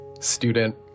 student